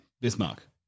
Bismarck